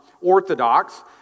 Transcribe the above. Orthodox